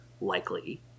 likely